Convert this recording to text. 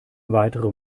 weitere